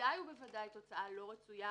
ודאי ובוודאי תוצאה לא רצויה,